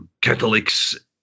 catholics